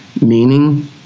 meaning